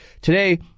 Today